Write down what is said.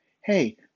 hey